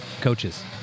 coaches